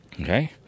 Okay